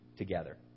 together